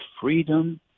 freedom